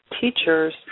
teachers